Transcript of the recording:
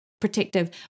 protective